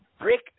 Rick